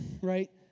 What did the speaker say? Right